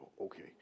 okay